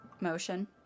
motion